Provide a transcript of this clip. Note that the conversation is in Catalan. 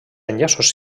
enllaços